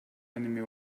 enemy